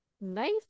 Nice